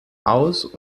aus